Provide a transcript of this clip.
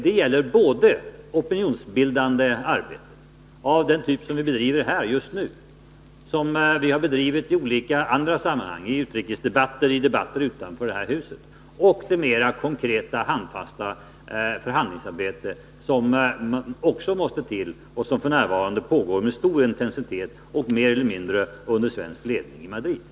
Det gäller både opinionsbildande arbete av den typ som vi bedriver här just nu, som vi har bedrivit i olika andra sammanhang, i utrikesdebatter och i debatter utanför det här huset, och i mera konkret handfast förhandlingsarbete som också måste till och som f. n. pågår med stor envishet och mer eller mindre under svensk ledning i Madrid.